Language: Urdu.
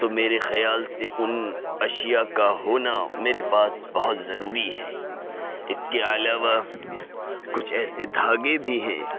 تو میرے خیال سے ان اشیا کا ہونا میرے پاس بہت ضروری ہے اس کے علاوہ کچھ ایسے دھاگے بھی ہیں